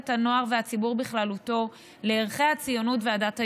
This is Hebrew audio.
את הנוער ואת הציבור בכלל לערכי הציונות והדת היהודית,